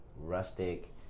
rustic